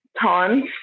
tons